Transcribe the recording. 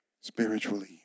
Spiritually